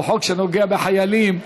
הוא חוק שנוגע לחיילים.